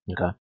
Okay